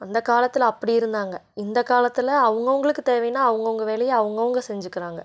அந்த காலத்தில் அப்படி இருந்தாங்க இந்த காலத்தில் அவங்கவங்களுக்கு தேவைனா அவங்கவுங்க வேலையை அவங்கவுங்க செஞ்சுக்கிறாங்க